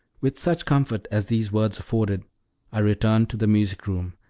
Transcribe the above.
with such comfort as these words afforded i returned to the music-room,